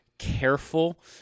careful